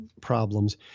problems